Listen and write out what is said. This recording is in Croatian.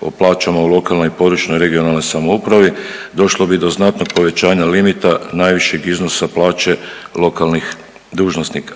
o plaćam u lokalnoj i područnoj (regionalnoj) samoupravi došlo bi do znatnog povećanja limita najvišeg iznosa plaće lokalnih dužnosnika.